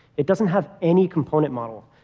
it doesn't have any component model.